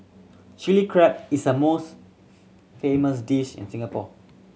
Chilli Crab is a most famous dish in Singapore